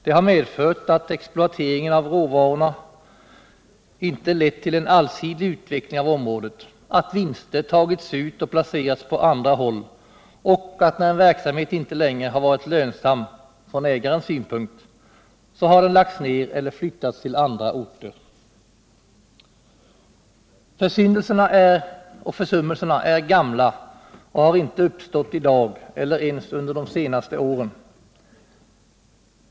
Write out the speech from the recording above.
Det har medfört att exploateringen av råvarorna inte lett till en allsidig utveckling av området, att vinster tagits ut och placerats på annat håll och att när en verksamhet inte längre varit lönsam, från ägarnas synpunkt, har den lagts ner eller flyttats till andra orter. Försyndelserna och försummelserna är gamla och har inte uppstått i dag eller ens under de senaste åren.